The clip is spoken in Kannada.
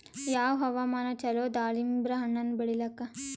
ಯಾವ ಹವಾಮಾನ ಚಲೋ ದಾಲಿಂಬರ ಹಣ್ಣನ್ನ ಬೆಳಿಲಿಕ?